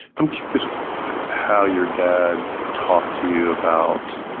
i'm curious how your dad talked to you about